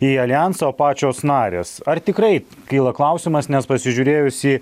į aljansą o pačios narės ar tikrai kyla klausimas nes pasižiūrėjus į